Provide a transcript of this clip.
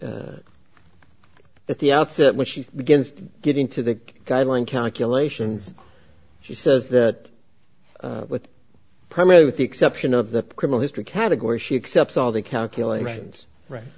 it at the outset when she begins to get into that guideline calculations she says that with primary with the exception of the criminal history category she accepts all the calculations right